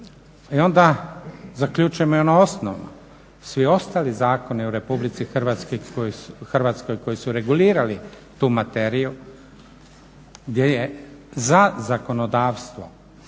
I onda zaključujemo i ono osnovno, svi ostali zakoni u Republici Hrvatskoj koji su regulirali tu materiju, gdje zakonodavstvo